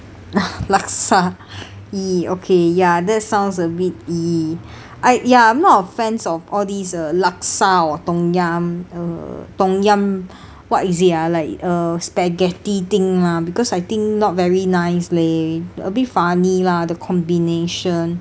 laksa !ee! okay ya that sounds a bit !ee! I ya I'm not a fans of all these uh laksa or tom yum uh tom yum what is it ah like uh spaghetti thing lah because I think not very nicely leh a bit funny lah the combination